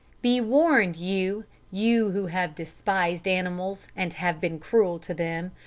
be warned, you you who have despised animals, and have been cruel to them.